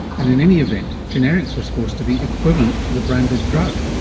and in any event, generics are supposed to be equivalent to the branded drug,